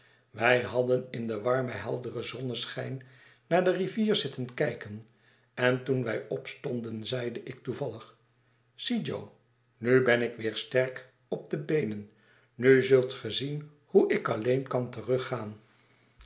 wij hadden in den warmen helderen zon neschijn naar de rivier zitten kyken en toen wij opstonden zeide ik toevallig zie jo nu ben ik weer sterk op de beenen nu zult ge zien hoe ik alleen kan teruggaan